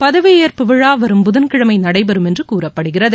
பதவியேற்பு விழா வரும் புதன்கிழமை நடைபெறும் என்று கூறப்படுகிறது